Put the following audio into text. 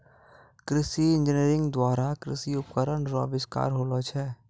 कृषि इंजीनियरिंग द्वारा कृषि उपकरण रो अविष्कार होलो छै